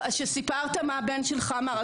שסיפרת מה שהבן שלך אמר,